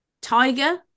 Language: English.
tiger